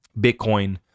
Bitcoin